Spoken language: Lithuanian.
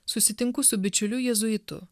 susitinku su bičiuliu jėzuitu